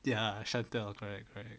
ya shuttle correct correct